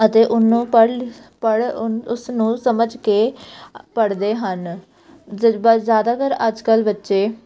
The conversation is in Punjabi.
ਅਤੇ ਉਹਨੂੰ ਪੜ੍ਹ ਪੜ੍ਹ ਉਸ ਨੂੰ ਸਮਝ ਕੇ ਪੜ੍ਹਦੇ ਹਨ ਜਜ਼ਬਾ ਜ਼ਿਆਦਾਤਰ ਅੱਜ ਕੱਲ੍ਹ ਬੱਚੇ